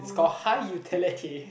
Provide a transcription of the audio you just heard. it's called high utility